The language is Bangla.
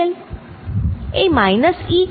এই মাইনাস E কি